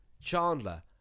chandler